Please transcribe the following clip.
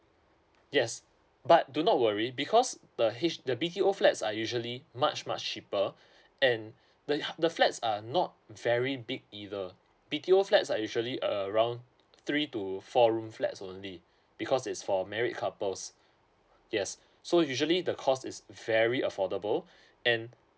yes but do not worry because the H the B_T_O flats are usually much much cheaper and the the flats are not very big either B_T_O flats are usually around three to four room flats only because is for married couples yes so usually the cost is very affordable and